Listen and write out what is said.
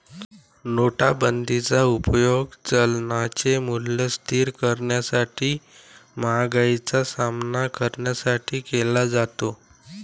नोटाबंदीचा उपयोग चलनाचे मूल्य स्थिर करण्यासाठी किंवा महागाईचा सामना करण्यासाठी केला जातो